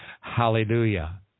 Hallelujah